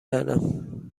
کردن